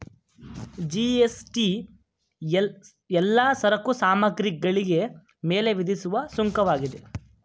GST ಎಲ್ಲಾ ಸರಕು ಸಾಮಗ್ರಿಗಳಿಗೆ ಮೇಲೆ ವಿಧಿಸುವ ಸುಂಕವಾಗಿದೆ